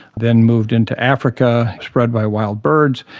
then moved into africa spread by wild birds.